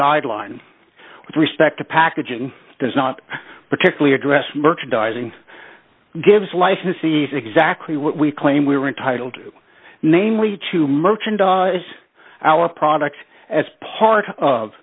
guideline with respect to packaging does not particularly address merchandising gives licensees exactly what we claim we are entitled to namely to merchandise as our product as part of